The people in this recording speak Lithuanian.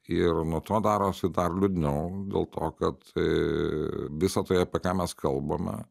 ir nuo to darosi dar liūdniau dėl to kad eee visa tai apie ką mes kalbame